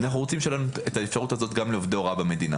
אנחנו רוצים שתהיה לנו את האפשרות הזאת גם לעובדי הוראה במדינה.